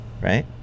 right